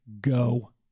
go